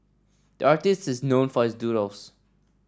the artist is known for his doodles